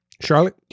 Charlotte